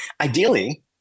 Ideally